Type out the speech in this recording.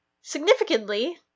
significantly